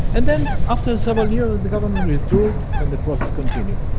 and then after several years the government withdrew and the process continued.